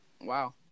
Wow